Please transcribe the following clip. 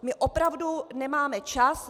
My opravdu nemáme čas.